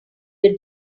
your